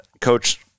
Coach